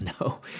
No